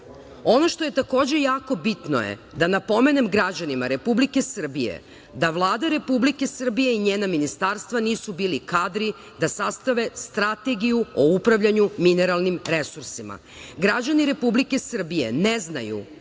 što je takođe jako bitno je da napomenem građanima Republike Srbije da Vlada Republike Srbije i njena ministarstva nisu bili kadri da sastave strategiju o upravljanju mineralnim resursima. Građani Republike Srbije ne znaju